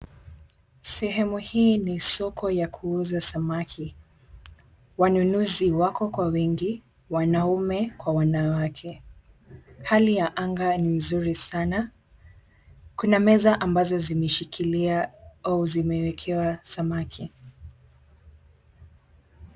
Sehemu hii ni soko ya kuuza samaki. Wanunuzi wako kwa wengi wanaume kwa wanawake. Hali ya anga ni nzuri sana. Kuna meza ambazo zimeshikilia au zimewekewa samaki.